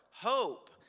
Hope